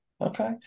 Okay